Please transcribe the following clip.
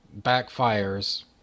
backfires